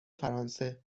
فرانسه